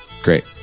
Great